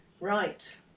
Right